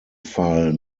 fall